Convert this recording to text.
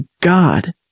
god